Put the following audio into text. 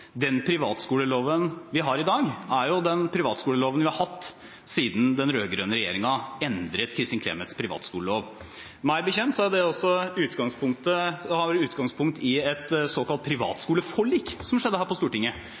i dag, er den privatskoleloven vi har hatt siden den rød-grønne regjeringen endret Kristin Clemets privatskolelov, og meg bekjent har det utgangspunkt i et såkalt privatskoleforlik, som skjedde her på Stortinget,